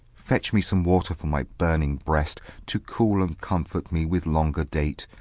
fetch me some water for my burning breast, to cool and comfort me with longer date,